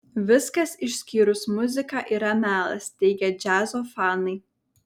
viskas išskyrus muziką yra melas teigia džiazo fanai